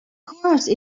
course